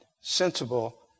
sensible